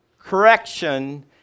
Correction